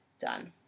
done